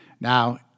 Now